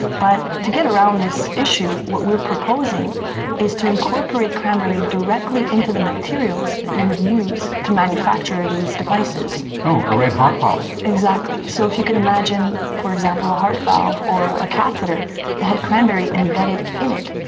but to get around this issue what we are proposing is to incorporate cranberry directly into the materials that you would use to manufacture these devices. oh, a red heart valve! exactly. so if you could imagine, for example, a heart valve or a catheter that had cranberry embedded in it,